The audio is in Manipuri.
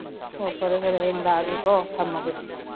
ꯍꯣ ꯐꯔꯦ ꯐꯔꯦ ꯍꯌꯦꯡ ꯂꯥꯛꯑꯒꯦꯀꯣ ꯊꯝꯃꯒꯦ